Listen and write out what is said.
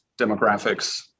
demographics